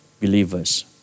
believers